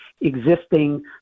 existing